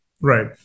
Right